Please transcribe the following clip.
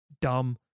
dumb